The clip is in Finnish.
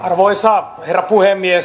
arvoisa herra puhemies